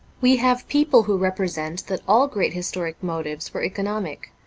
we have people who represent that all great historic motives were economic,